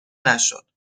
نشد